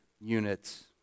units